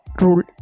rule